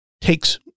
takes